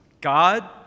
God